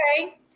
okay